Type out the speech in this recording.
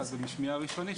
משמיעה ראשונית,